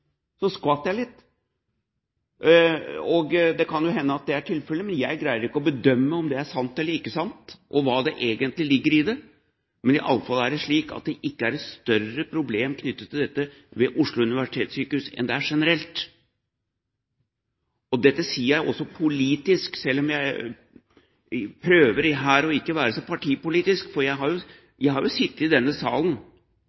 sant eller ikke sant, og hva som egentlig ligger i det. Men det er i alle fall slik at det ikke er et større problem knyttet til dette ved Oslo universitetssykehus enn det er generelt. Dette sier jeg også politisk, selv om jeg prøver ikke å være så partipolitisk her. Jeg har sittet i denne salen og hørt representanter fra opposisjonen bruke pasientsikkerheten mot omstillingsprosessen og bedt om en